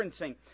referencing